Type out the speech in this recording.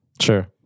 Sure